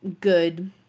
good